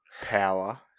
power